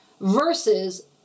versus